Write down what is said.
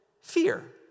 fear